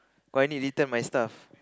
oh I need return my stuff